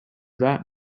that